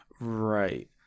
Right